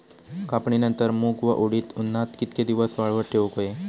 कापणीनंतर मूग व उडीद उन्हात कितके दिवस वाळवत ठेवूक व्हये?